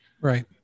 Right